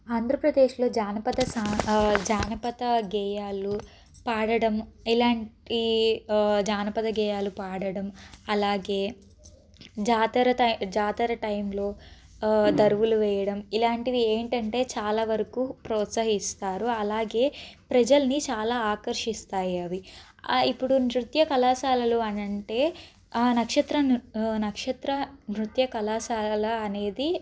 ఆంధ్రప్రదేశ్లో జానపద జానపద గేయాలు పాడడం ఎలాంటి జానపద గేయాలు పాడడం అలాగే జాతర టైం జాతర టైంలో దరువులు వేయడం ఇలాంటివి ఏంటంటే చాలావరకు ప్రోత్సహిస్తారు అలాగే ప్రజల్ని చాలా ఆకర్షిస్తాయి అవి ఇప్పుడు నృత్య కళాశాలలో అని అంటే ఆ నక్షత్రం నక్షత్ర నృత్య కళాశాల అనేది